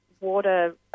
water